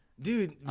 Dude